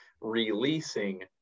releasing